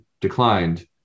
declined